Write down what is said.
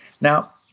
Now